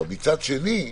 אבל מצד שני,